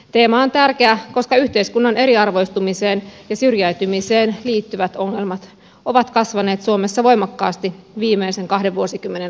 teema on tärkeä koska yhteiskunnan eriarvoistumiseen ja syrjäytymiseen liittyvät ongelmat ovat kasvaneet suomessa voimakkaasti viimeisen kahden vuosikymmenen aikana